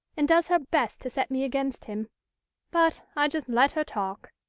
and does her best to set me against him but i just let her talk.